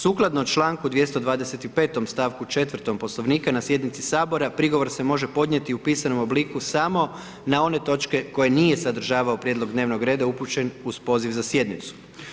Sukladno čl. 225. st. 4. Poslovnika na sjednici Sabora, prigovor se može podnijeti u pisanom obliku samo na one točke koje nije sadržavao prijedlog dnevnog reda upućen uz poziv za sjednicu.